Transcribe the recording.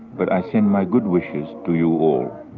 but i send my good wishes to you all.